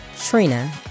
Trina